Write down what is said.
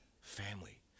family